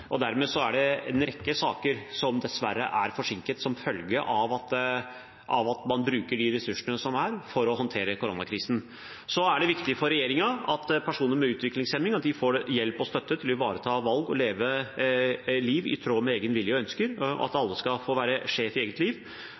Dermed er det en rekke saker som dessverre er forsinket som følge av at man bruker de ressursene som er, til å håndtere koronakrisen. Så er det viktig for regjeringen at personer med utviklingshemming får hjelp og støtte til å ta valg og leve liv i tråd med egen vilje og egne ønsker, at alle skal få være sjef i eget liv.